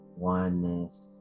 oneness